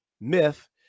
myth